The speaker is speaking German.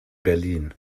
berlin